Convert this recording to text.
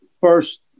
first